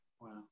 Wow